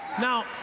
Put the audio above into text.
Now